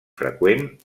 freqüent